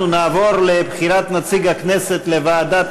ותועבר לוועדת